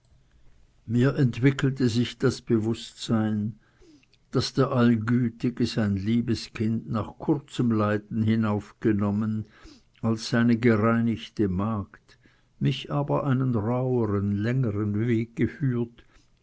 mir entwickelte sich das bewußtsein daß der allgütige sein liebes kind nach kurzem leiden hinaufgenommen als seine gereinigte magd mich aber einen rauhern längern weg geführt